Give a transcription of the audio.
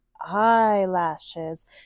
eyelashes